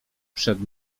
przed